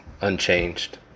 unchanged